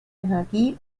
energie